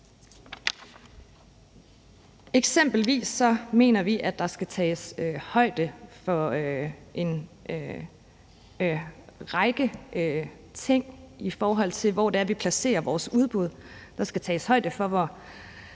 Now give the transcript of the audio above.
Eksempelvis mener vi, at der skal tages højde for en række ting, i forhold til hvor det er, vi placerer vores udbud; der skal tages højde for, hvor